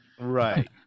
Right